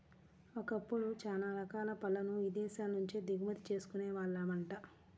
ఒకప్పుడు చానా రకాల పళ్ళను ఇదేశాల నుంచే దిగుమతి చేసుకునే వాళ్ళమంట